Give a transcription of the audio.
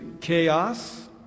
chaos